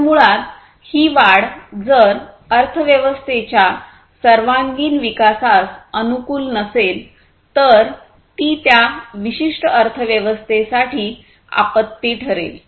तर मुळात ही वाढ जर अर्थव्यवस्थेच्या सर्वांगीण विकासास अनुकूल नसेल तर ती त्या विशिष्ट अर्थव्यवस्थेसाठी आपत्ती ठरेल